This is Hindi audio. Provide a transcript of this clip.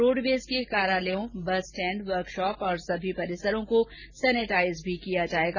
रोडवेज के कार्यालय बस स्टेण्ड वर्कशॉप और सभी परिसरों को सेनेटाइज भी किया जाएगा